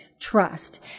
trust